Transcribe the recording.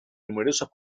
numerosas